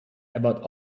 about